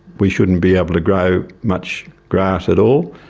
we shouldn't be able to grow much grass at all.